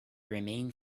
remained